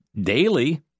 daily